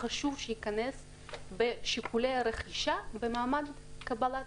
חשוב שייכנס בשיקולי הרכישה במעמד קבלת